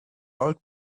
old